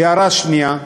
הערה שנייה: